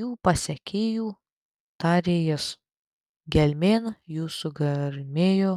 jų pasekėjų tarė jis gelmėn jų sugarmėjo